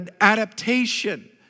adaptation